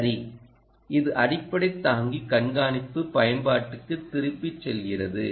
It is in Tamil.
சரி இது அடிப்படை தாங்கி கண்காணிப்பு பயன்பாட்டுக்குத் திரும்பிச் செல்கிறது